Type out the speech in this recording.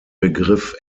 begriff